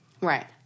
Right